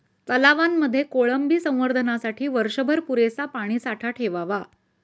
तलावांमध्ये कोळंबी संवर्धनासाठी वर्षभर पुरेसा पाणीसाठा ठेवावा